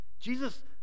Jesus